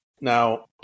Now